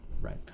Right